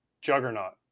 juggernaut